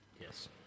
yes